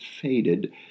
faded